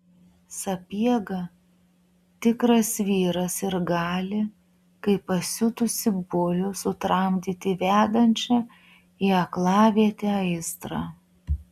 sapiega tikras vyras ir gali kaip pasiutusį bulių sutramdyti vedančią į aklavietę aistrą